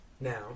Now